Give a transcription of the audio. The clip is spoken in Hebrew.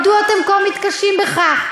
מדוע אתם כה מתקשים בכך?